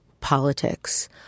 politics